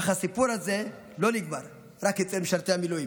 אך הסיפור הזה לא נגמר רק אצל משרתי המילואים,